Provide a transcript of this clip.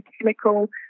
chemical